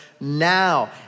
now